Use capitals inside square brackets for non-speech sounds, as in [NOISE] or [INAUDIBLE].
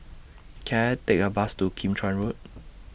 [NOISE] Can I Take A Bus to Kim Chuan Road